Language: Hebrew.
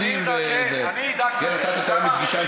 חיליק, הוא יענה, אנחנו יכולים להוריד את ההצעה.